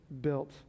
built